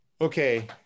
okay